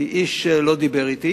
כי איש לא דיבר אתי